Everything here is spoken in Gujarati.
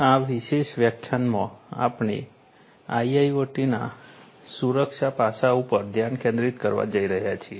આ વિશેષ વ્યાખ્યાનમાં આપણે આઈઆઈઓટીના સુરક્ષા પાસાં પર ધ્યાન કેન્દ્રિત કરવા જઈ રહ્યા છીએ